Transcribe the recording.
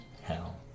hell